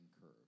curve